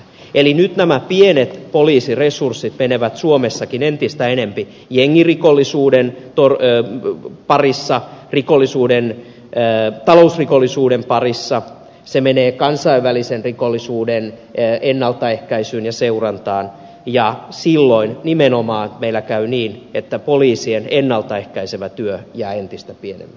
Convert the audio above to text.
eli nyt nämä pienet poliisiresurssit menevät suomessakin entistä enempi jengirikollisuuden parissa talousrikollisuuden parissa ne menevät kansainvälisen rikollisuuden ennaltaehkäisyyn ja seurantaan ja silloin nimenomaan meillä käy niin että poliisien ennalta ehkäisevä työ jää entistä pienemmäksi